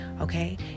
okay